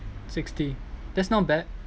sixty that's not bad